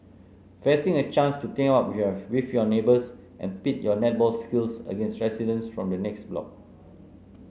fancy a chance to team up your with your neighbours and pit your netball skills against residents from the next block